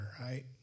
right